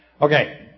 Okay